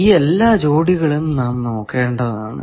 ഈ എല്ലാ ജോഡികളും നാം നോക്കേണ്ടതാണ്